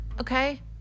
okay